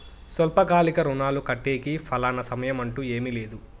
స్వల్పకాలిక రుణాలు కట్టేకి ఫలానా సమయం అంటూ ఏమీ లేదు